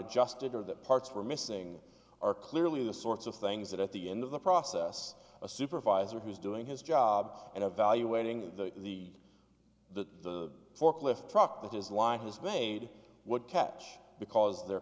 adjusted or that parts were missing are clearly the sorts of things that at the end of the process a supervisor who's doing his job and evaluating the the forklift truck that his line has made would catch because they're